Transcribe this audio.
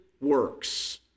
works